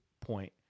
point